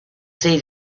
see